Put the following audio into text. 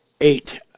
eight